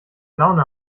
laune